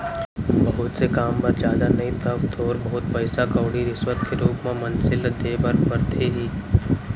बहुत से काम बर जादा नइ तव थोर बहुत पइसा कउड़ी रिस्वत के रुप म मनसे ल देय बर परथे ही